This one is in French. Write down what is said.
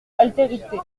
altérité